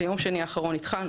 ביום שני האחרון התחלנו,